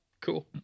cool